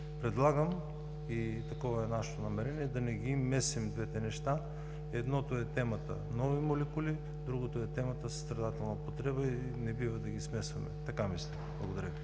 Предлагам и такова е нашето намерение – да не смесваме двете неща. Едното е темата „нови молекули“, другото е темата „състрадателна употреба“ и не бива да ги смесваме. Така мисля. ПРЕДСЕДАТЕЛ